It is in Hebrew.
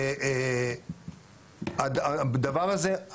הדבר הזה,